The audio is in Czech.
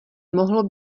mohlo